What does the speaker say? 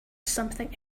something